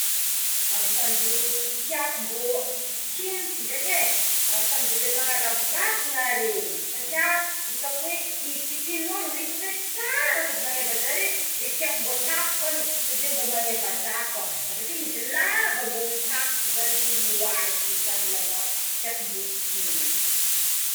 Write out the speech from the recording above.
Ankanjo mbo tiako sikiniko ndreky e ankanjo ilay magnarabatana reny satria hitako hoe izy sikin'olo de itako hoe tsara sady maneva zare de tiako mba atao kony sode mba magneva za koa avakeo izy lava mbo mitakotra lohalitry izany lava tiako mbo isikinako.